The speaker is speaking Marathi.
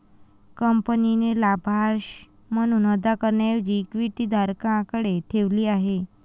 कंपनीने लाभांश म्हणून अदा करण्याऐवजी इक्विटी धारकांकडे ठेवली आहे